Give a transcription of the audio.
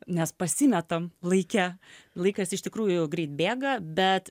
nes pasimetam laike laikas iš tikrųjų greit bėga bet